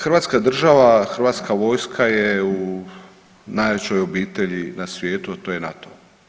Hrvatska država, Hrvatska vojska je u najjačoj obitleji na svijetu, a to je NATO.